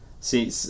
See